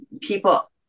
people